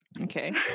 Okay